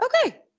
Okay